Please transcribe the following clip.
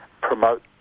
promote